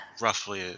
Roughly